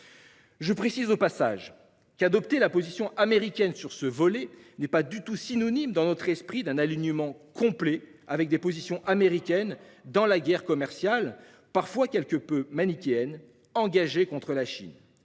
Je précise au passage qu'adopter la position américaine en la matière n'est pas du tout synonyme, dans notre esprit, d'un alignement complet avec les positions américaines dans la guerre commerciale, parfois quelque peu manichéenne, engagée contre la Chine.